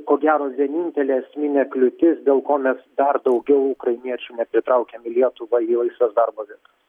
ko gero vienintelė esminė kliūtis dėl ko mes dar daugiau ukrainiečių nepritraukiam į lietuvą į laisvas darbo vietas